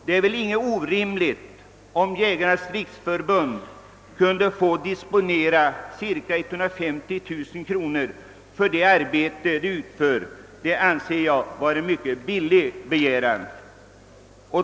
Det vore väl inte orimligt om Jägarnas riksförbund kunde få disponera 150 000 kronor för sitt arbete. Det anser jag vara en rimlig begäran.